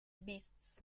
beasts